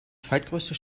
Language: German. zweitgrößte